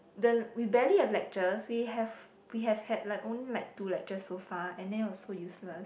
the we barely have lectures we have we have had like only like two lectures so far and then also useless